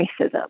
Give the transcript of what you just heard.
racism